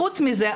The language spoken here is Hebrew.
וחוץ מזה,